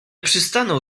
przystanął